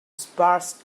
sparse